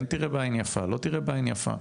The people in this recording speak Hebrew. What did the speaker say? תראה בעין יפה או לא תראה בעין יפה,